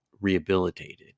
rehabilitated